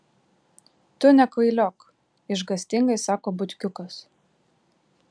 tu nekvailiok išgąstingai sako butkiukas